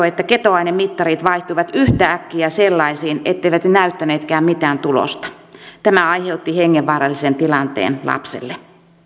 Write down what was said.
että ketoainemittarit vaihtuivat yhtäkkiä sellaisiin etteivät ne näyttäneetkään mitään tulosta tämä aiheutti hengenvaarallisen tilanteen lapselle